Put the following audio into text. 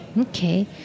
Okay